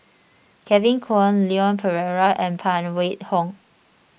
Kevin Kwan Leon Perera and Phan Wait Hong